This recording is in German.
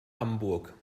hamburg